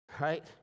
Right